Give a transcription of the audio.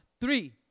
Three